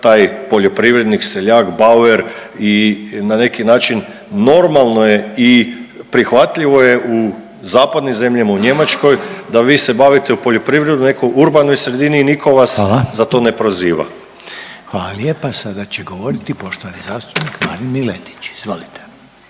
taj poljoprivrednik, seljak, bauer i na neki način, normalno je i prihvatljivo je u zapadnim zemljama, u Njemačkoj, da bi se bavite u poljoprivredu u nekoj urbanoj sredini i nitko vas .../Upadica: Hvala./... za to ne proziva. **Reiner, Željko (HDZ)** Hvala lijepa. Sada će govoriti poštovani zastupnik Marin Miletić, izvolite.